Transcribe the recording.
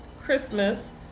Christmas